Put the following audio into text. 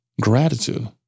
gratitude